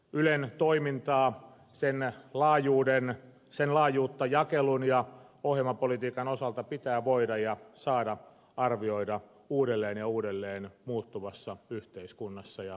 ylen toimintaa sen laajuutta jakelun ja ohjelmapolitiikan osalta pitää voida ja saada arvioida uudelleen ja uudelleen muuttuvassa yhteiskunnassa ja viestintäkentässä